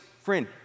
Friend